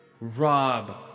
Rob